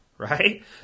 Right